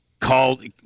Called